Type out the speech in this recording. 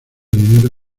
dinero